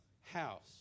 house